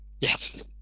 Yes